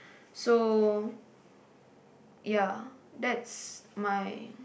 so ya that's my